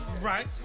Right